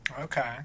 Okay